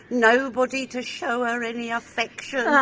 nobody to show her any affection,